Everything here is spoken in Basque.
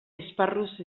esparruz